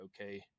okay